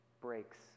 breaks